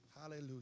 Hallelujah